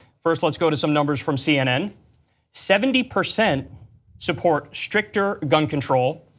first let's go to some numbers from cnn seventy percent support stricter gun control,